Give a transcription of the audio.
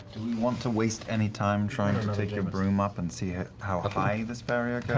we want to waste any time trying to take your broom up and see how high this barrier goes?